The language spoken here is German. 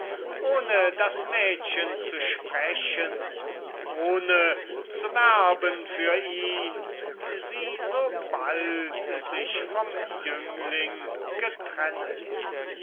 ohne das mädchen zu sprechen ohne zu werben für ihn sie so bald sich vom jüngling getrennet